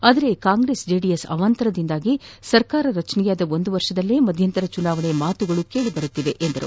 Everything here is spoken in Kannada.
ಆದರೆ ಕಾಂಗ್ರೆಸ್ ಜೆಡಿಎಸ್ ಅವಾಂತರದಿಂದ ಸರ್ಕಾರ ರಚನೆಯಾದ ಒಂದು ವರ್ಷದಲ್ಲಿಯೆ ಮಧ್ಯಂತರ ಚುನಾವಣೆಯ ಮಾತುಗಳು ಕೇಳಿ ಬರುತ್ತಿವೆ ಎಂದರು